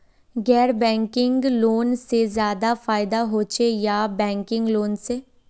गैर banking loan से ज्यादा फायदा होचे या बैंकिंग लोन से?